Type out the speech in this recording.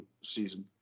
season